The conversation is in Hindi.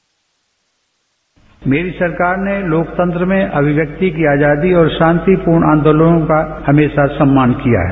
बाइट मेरी सरकार ने लोकतंत्र में अभिव्यक्ति की आजादी और शांतिपूर्ण आंदोलनों का हमेशा सम्मान किया है